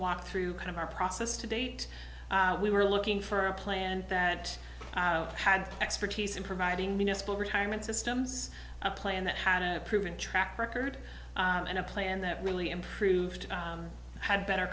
walk through kind of our process to date we were looking for a plan that had expertise in providing municipal retirement systems a plan that had a proven track record and a plan that really improved had better